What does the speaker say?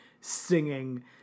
singing